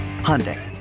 Hyundai